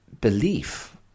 belief